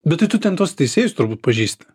bet tai tu ten tuos teisėjus turbūt pažįsti